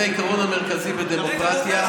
אני חושב שזה העיקרון המרכזי בדמוקרטיה,